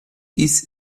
dies